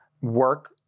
work